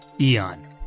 Eon